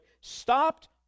stopped